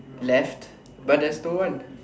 left but there's no one